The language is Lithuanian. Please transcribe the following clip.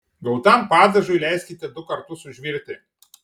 gautam padažui leiskite du kartus užvirti